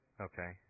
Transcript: Okay